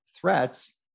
threats